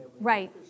Right